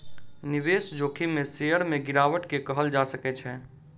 निवेश जोखिम में शेयर में गिरावट के कहल जा सकै छै